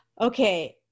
Okay